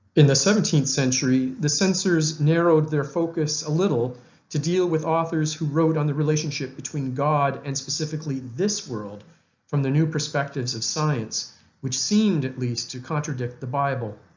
in the seventeenth century, the censors narrowed their focus a little to deal with authors who wrote on the relationship between god and specifically this world from the new perspectives of science which seemed at least to contradict the bible.